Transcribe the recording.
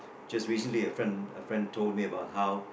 just recently a friend a friend told me about how